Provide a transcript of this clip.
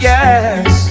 Yes